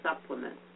supplements